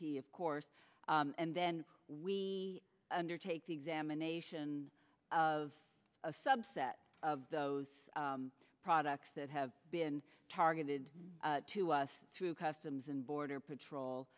p of course and then we undertake the examination of a subset of those products that have been targeted to us through customs and border patrol